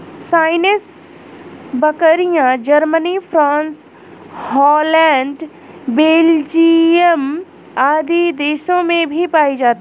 सानेंइ बकरियाँ, Germany, France, Holland, Belgium आदि देशों में भी पायी जाती है